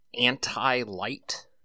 anti-light